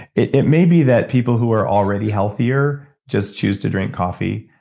it it may be that people who are already healthier just choose to drink coffee.